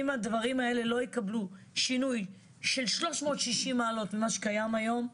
אם הדברים האלה לא יקבלו שינוי של 360 מעלות ממה שקיים היום,